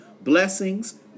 blessings